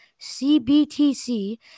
CBTC